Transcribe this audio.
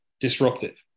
disruptive